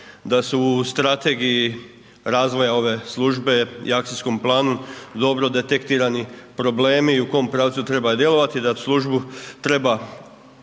da su u strategiji razvoja ove službe i akcijskom planu dobro detektirani problemi i u kojem pravcu treba djelovati, da službu treba